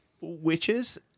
witches